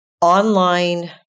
online